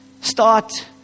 Start